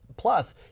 Plus